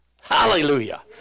Hallelujah